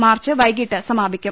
March വൈകീട്ട് സമാപി ക്കും